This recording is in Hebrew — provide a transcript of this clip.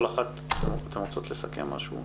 כל אחת אם אתן רוצות לסכם משהו.